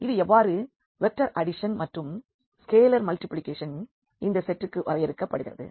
இது எவ்வாறு vector addition மற்றும் ஸ்கேலர் மல்டிப்ளிகேஷன் இந்த செட்டுக்கு வரையறுக்கப்படுகிறது